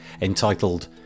entitled